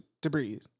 Debris